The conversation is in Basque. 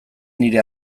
nire